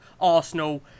Arsenal